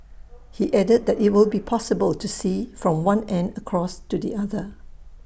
he added that IT will be possible to see from one end across to the other